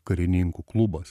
karininkų klubas